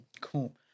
Cool